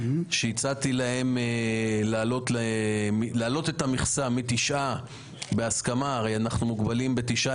שהצעתי להם להעלות את המכסה מתשעה בהסכמה הרי אנחנו מוגבלים בתשעה,